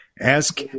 Ask